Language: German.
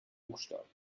buchstaben